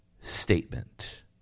statement